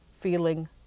feeling